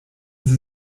sie